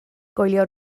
gwylio